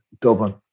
dublin